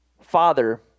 father